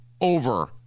over